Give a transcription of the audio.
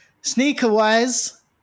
Sneaker-wise